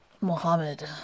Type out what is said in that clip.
Mohammed